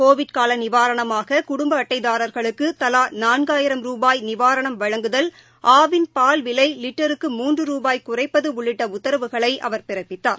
Covid கால நிவாரணமாக குடும்ப அட்டை தாரர்களுக்கு தலா நான்காயிரம் ரூபாய் நிவாரணம் வழங்குதல் ஆவின் பால் விலை லிட்டருக்கு மூன்று ரூபாய் குறைப்பது உள்ளிட்ட உத்தரவுகளை அவர் பிறப்பித்தார்